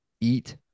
eat